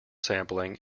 sampling